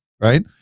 Right